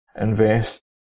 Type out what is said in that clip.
invest